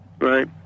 Right